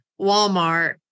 Walmart